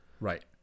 right